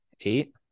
eight